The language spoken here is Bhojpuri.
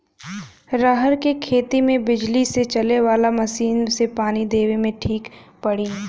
रहर के खेती मे बिजली से चले वाला मसीन से पानी देवे मे ठीक पड़ी?